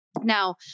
Now